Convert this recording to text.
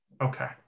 Okay